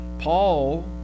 Paul